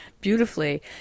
beautifully